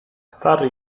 stary